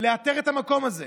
ולאתר את המקום הזה,